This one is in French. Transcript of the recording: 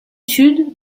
sud